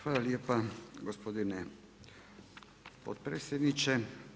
Hvala lijepa gospodine potpredsjedniče.